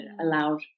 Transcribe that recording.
allowed